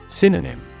Synonym